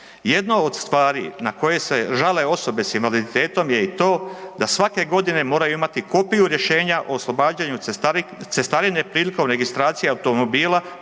Jedna od stvari na koje se žale osobe s invaliditetom je i to da svake godine moraju imati kopiju rješenja o oslobađanju od cestarine prilikom registracije automobila